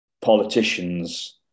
politicians